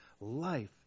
life